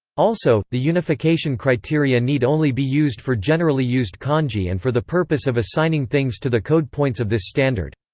also, the unification criteria need only be used for generally used kanji and for the purpose of assigning things to the code points of this standard.